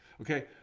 Okay